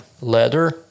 Leather